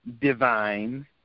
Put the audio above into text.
divine